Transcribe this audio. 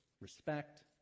respect